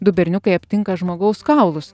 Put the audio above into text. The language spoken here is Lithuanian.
du berniukai aptinka žmogaus kaulus